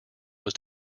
was